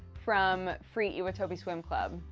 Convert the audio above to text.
from free! iwatobi swim club.